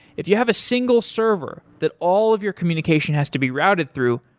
if you have a single server that all of your communication has to be routed through,